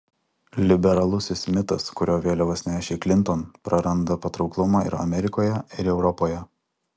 liberalusis mitas kurio vėliavas nešė klinton praranda patrauklumą ir amerikoje ir europoje